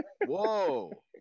Whoa